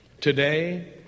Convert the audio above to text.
Today